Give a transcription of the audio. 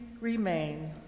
remain